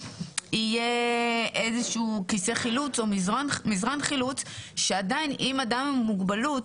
יהיה איזשהו כיסא חילוץ או מזרן חילוץ שאם אדם עם מוגבלות